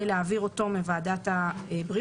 אוריאל בוסו (מס' 108)